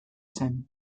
zen